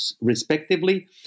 respectively